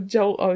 Joel